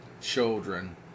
children